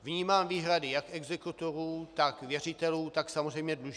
Vnímám výhrady jak exekutorů, tak věřitelů, tak samozřejmě dlužníků.